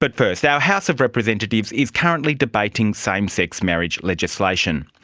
but first, our house of representatives is currently debating same-sex marriage legislation.